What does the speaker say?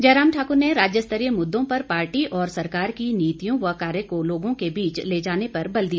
जयराम ठाक्र ने राज्य स्तरीय मुद्दों पर पार्टी और सरकार की नीतियों व कार्य को लोगों के बीच ले जाने पर बल दिया